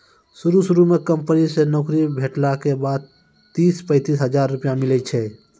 शुरू शुरू म कंपनी से नौकरी भेटला के बाद तीस पैंतीस हजार रुपिया मिलै छै